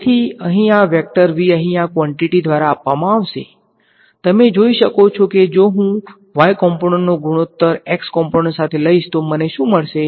તેથી અહીં આ વેક્ટર V અહીં આ ક્વોન્ટીટી દ્વારા આપવામાં આવશે તમે જોઈ શકો છો કે જો હું y કોમ્પોનંટનો ગુણોત્તર x કોમ્પોનંટ સાથે લઈશ તો મને શું મળશે